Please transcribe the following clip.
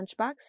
lunchbox